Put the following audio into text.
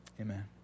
amen